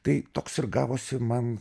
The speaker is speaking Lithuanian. tai toks ir gavosi man